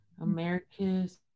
America's